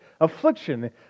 affliction